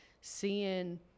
seeing